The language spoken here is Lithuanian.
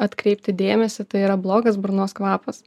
atkreipti dėmesį tai yra blogas burnos kvapas